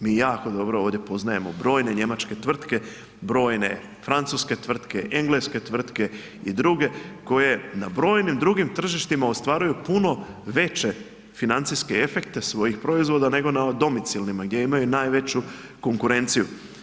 Mi jako dobro ovdje poznajemo brojne njemačke tvrtke, brojne francuske, engleske tvrtke i druge koje na brojnim drugim tržištima ostvaruju puno veće financijske efekte svojih proizvoda nego na domicilnima gdje imaju najveću konkurenciju.